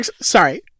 sorry